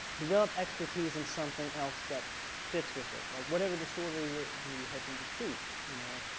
develop expertise in something else that fits with it. like whatever disorder you're maybe helping to treat, you know?